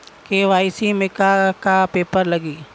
KYC में का का पेपर लगी?